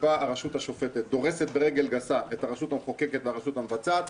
שבו הרשות השופטת דורסת ברגל גסה את הרשות המחוקקת ואת הרשות המבצעת,